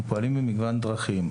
אנחנו פועלים במגוון דרכים.